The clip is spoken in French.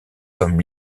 comme